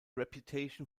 reputation